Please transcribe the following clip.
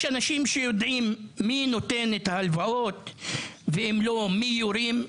יש אנשים שיודעים מי נותן את ההלוואות ומי יורים.